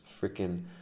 freaking